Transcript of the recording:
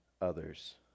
others